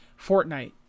Fortnite